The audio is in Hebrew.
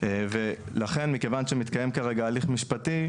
לכן מכיוון שמתקיים כרגע הליך משפטי,